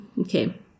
okay